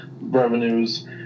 revenues